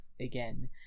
again